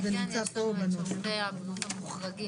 הם באמת יוצאים דופן בתחומם וזה המודל שהיינו רוצים לראות.